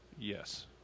Yes